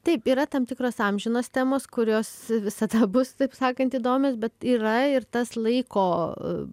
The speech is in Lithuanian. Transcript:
taip yra tam tikros amžinos temos kurios visada bus taip sakant įdomios bet yra ir tas laiko